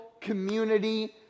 community